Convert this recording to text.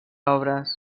obres